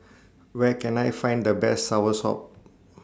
Where Can I Find The Best Soursop